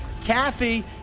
Kathy